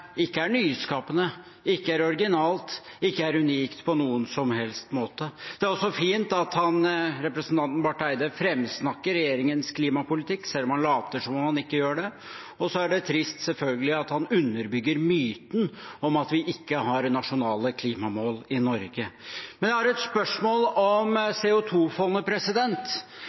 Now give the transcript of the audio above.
ikke er nyskapende, ikke er originalt, ikke er unikt på noen som helst måte. Det er også fint at representanten Barth Eide framsnakker regjeringens klimapolitikk, selv om han later som om han ikke gjør det. Så er det selvfølgelig trist at han underbygger myten om at vi ikke har nasjonale klimamål i Norge. Men jeg har et spørsmål om